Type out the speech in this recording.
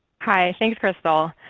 hi. thanks, crystal.